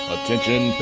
Attention